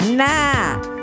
nah